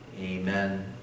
Amen